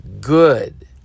good